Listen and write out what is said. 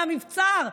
מהמבצר.